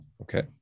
Okay